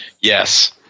Yes